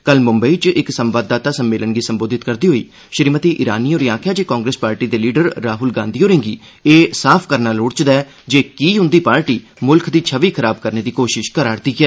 कल मुंबई च इक संवाददाता सम्मेलन गी संबोधित करदे होई श्रीमति ईरानी होरें आखेआ जे कांग्रेस पार्टी दे लीडर राहूल गांधी होरें'गी एह स्पष्ट करना लोड़चदा ऐ जे कीह उंदी पार्टी मुल्ख दी छवि खराब करने दी कोशश करा'रदी ऐ